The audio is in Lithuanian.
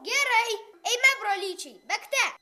gerai eime brolyčiai bėgte